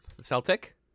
Celtic